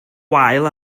wael